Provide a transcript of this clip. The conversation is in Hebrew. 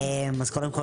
אז קודם כל,